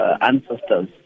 ancestors